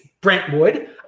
Brentwood